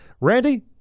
Randy